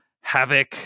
havoc